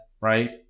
right